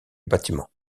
bâtiment